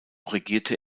regierte